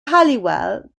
halliwell